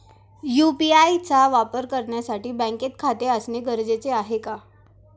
UPI चा वापर करण्यासाठी बँकेत खाते असणे गरजेचे आहे का?